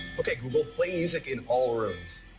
okay, google, play music in all rooms.